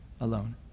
alone